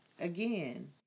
again